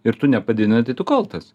ir tu nepadinai tai tu kaltas